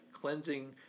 cleansing